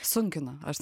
sunkina aš